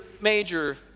major